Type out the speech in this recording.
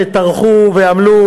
שטרחו ועמלו,